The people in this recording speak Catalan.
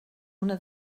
una